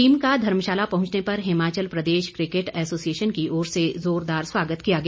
team का धर्मशाला पहुंचने पर हिमाचल प्रदेश किकेट एसोसिएशन की ओर से जोरदार स्वागत किया गया